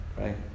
right